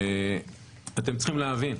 ואתם צריכים להבין,